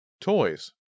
Toys